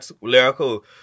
lyrical